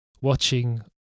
watching